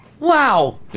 Wow